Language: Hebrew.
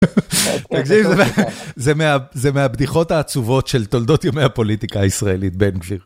תקשיב, זה מהבדיחות העצובות של תולדות יומי הפוליטיקה הישראלית, בן גביר.